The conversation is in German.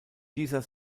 dieser